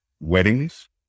weddings